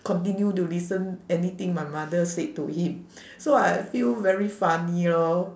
continue to listen anything my mother said to him so I feel very funny lor